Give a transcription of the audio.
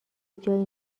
جایی